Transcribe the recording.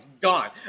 gone